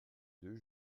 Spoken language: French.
deux